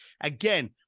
Again